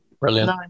Brilliant